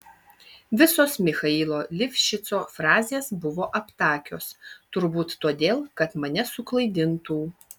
visos michailo livšico frazės buvo aptakios turbūt todėl kad mane suklaidintų